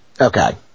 Okay